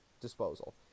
disposal